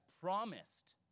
promised